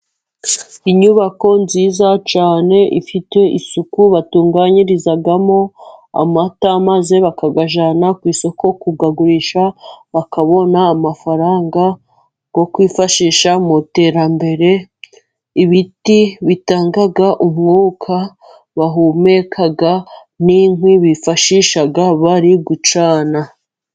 Inyubako nziza cyane, ifite isuku, batunganyirizamo amata, maze bakayajyana ku isoko kuyagurisha, bakabona amafaranga yo kwifashisha mu iterambere, ibiti bitanga umwuka bahumeka, n'inkwi bifashisha bari gucana.